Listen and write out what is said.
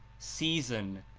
season,